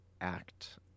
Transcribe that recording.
act